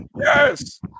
Yes